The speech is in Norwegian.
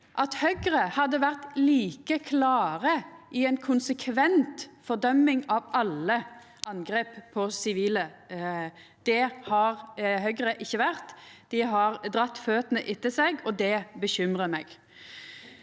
at Høgre hadde vore like klare i ein konsekvent fordøming av alle angrep på sivile. Det har Høgre ikkje vore. Dei har dratt føtene etter seg, og det bekymrar meg.